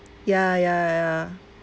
yeah yeah yeah